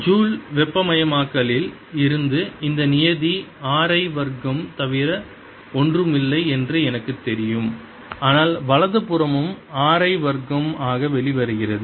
2πaI2a2RI2length dWdt0energy flowing in Joule வெப்பமயமாக்கலில் இருந்து இந்த நியதி R I வர்க்கம் தவிர ஒன்றும் இல்லை என்று எனக்குத் தெரியும் ஆனால் வலது புறமும் R I வர்க்கம் ஆக வெளிவருகிறது